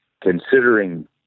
considering